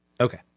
okay